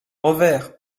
revers